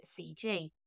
CG